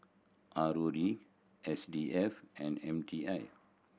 R O D S D F and M T I